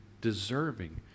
deserving